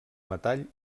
metall